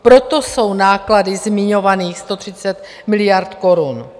Proto jsou náklady zmiňovaných 130 miliard korun.